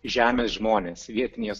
žemės žmonės vietinės